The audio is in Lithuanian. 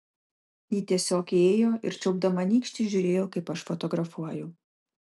ji tiesiog įėjo ir čiulpdama nykštį žiūrėjo kaip aš fotografuoju